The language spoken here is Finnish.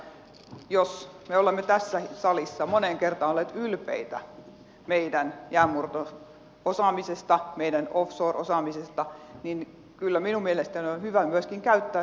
täytyy ehkä muistaa että jos me olemme tässä salissa moneen kertaan olleet ylpeitä meidän jäänmurto osaamisesta meidän offshore osaamisesta niin kyllä minun mielestäni on hyvä myöskin käyttää sitä kansainvälisesti